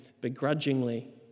begrudgingly